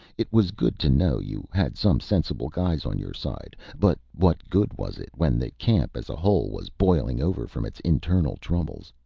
it was good to know you had some sensible guys on your side. but what good was it, when the camp as a whole was boiling over from its internal troubles?